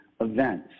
events